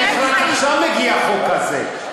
איך בכלל הגיע החוק הזה עכשיו?